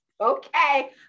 Okay